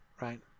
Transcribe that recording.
right